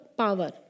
power